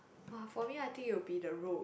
!wah! for me I think it will be the road